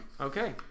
Okay